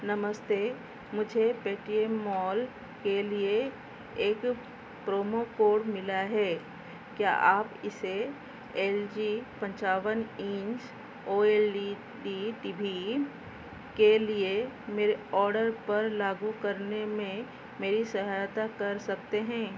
नमस्ते मुझे Paytm mall के लिए एक प्रोमो कोड मिला है क्या आप इसे एल जी पंचावन inch O L E D T V के लिए मेरे ऑडर पर लागू करने में मेरी सहायता कर सकते हैं